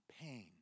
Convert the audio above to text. pain